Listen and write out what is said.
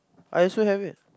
I also have it